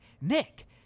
Nick